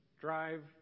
drive